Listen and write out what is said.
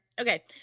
Okay